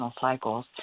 cycles